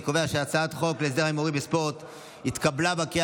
אני קובע שהצעת החוק להסדר ההימורים בספורט התקבלה בקריאה